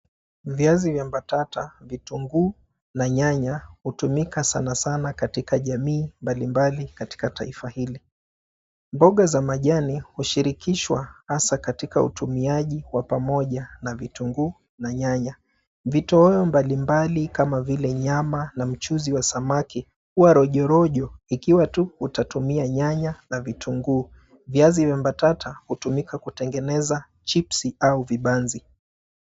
Viazi vyambatata, vitunguu na nyanya hutumika sanasana katika jamii mbalimbali katika taifa hili. Mboga za majani hushirikishwa hasa katika utumiaji wa pamoja na vitunguu na nyanya. Vitoweo mbalimbali kama vile nyama na mchuzi wa samaki huwa rojorojo ikiwa watu watatumia nyanya na vitunguu. Viazi vyambatata hutumika kutengeneza chipsi au vibanzi.